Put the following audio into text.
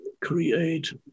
create